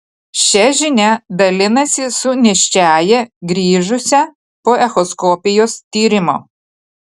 šia žinia dalinasi su nėščiąja grįžusia po echoskopijos tyrimo